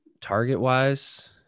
target-wise